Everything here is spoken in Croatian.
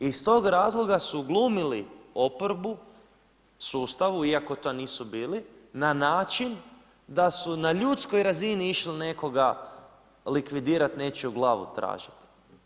Iz tog razloga su glumili oporbu sustavu iako to nisu bili na način da se su na ljudskoj razini išli nekoga likvidirati i nečiju glavu tražiti.